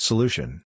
Solution